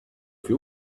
for